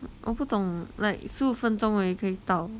我不懂 like 十五分钟而已可以到